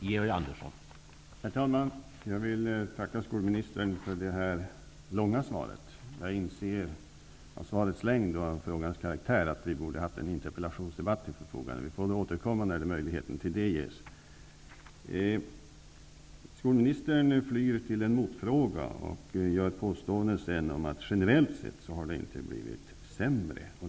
Herr talman! Jag vill tacka skolministern för det långa svaret. Jag inser av svarets längd och av frågans karaktär att vi borde ha haft en interpellationsdebatt till förfogande, men vi får väl återkomma när möjlighet till det ges. Skolministern flyr till en motfråga och gör påståenden om att det generellt sett inte har blivit sämre.